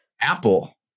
Apple